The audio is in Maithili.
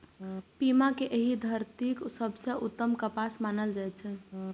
पीमा कें एहि धरतीक सबसं उत्तम कपास मानल जाइ छै